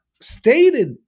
stated